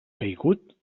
caigut